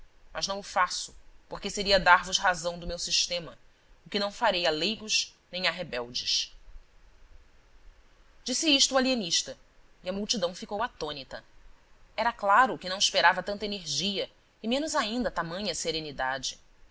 mas não o faço porque seria dar-vos razão do meu sistema o que não farei a leigos nem a rebeldes disse isto o alienista e a multidão ficou atônita era claro que não esperava tanta energia e menos ainda tamanha serenidade